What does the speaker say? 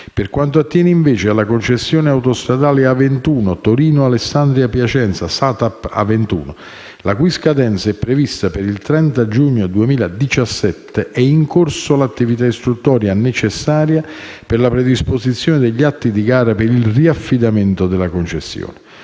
Per quanto attiene, invece, alla concessione autostradale A21 Torino-Alessandria-Piacenza (SATAP A21), la cui scadenza è prevista per il 30 giugno 2017, è in corso l'attività istruttoria necessaria per la predisposizione degli atti di gara per il riaffidamento della concessione.